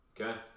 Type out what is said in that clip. Okay